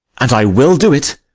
and i will do it.